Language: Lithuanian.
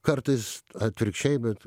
kartais atvirkščiai bet